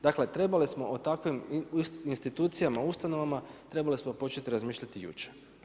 Dakle, trebali smo o takvim institucijama i ustanovama, trebali smo početi razmišljati jučer.